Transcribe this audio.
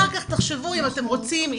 אחר כך תחשבו אם אתם רוצים,